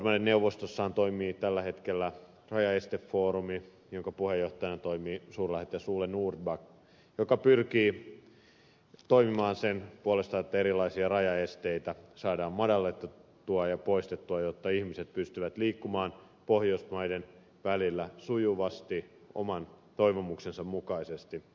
pohjoismaiden neuvostossahan toimii tällä hetkellä rajaestefoorumi jonka puheenjohtajana toimii suurlähettiläs ole norrback joka pyrkii toimimaan sen puolesta että erilaisia rajaesteitä saadaan madallettua ja poistettua jotta ihmiset pystyvät liikkumaan pohjoismaiden välillä sujuvasti oman toivomuksensa mukaisesti